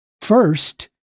first